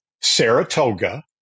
Saratoga